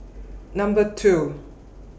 Number two